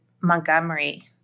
Montgomery